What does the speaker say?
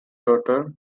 daughter